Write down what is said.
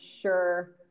sure